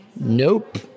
nope